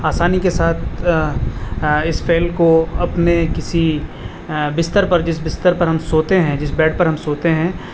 آسانی کے ساتھ اس فیل کو اپنے کسی بستر پر جس بستر پر ہم سوتے ہیں جس بیڈ پر ہم سوتے ہیں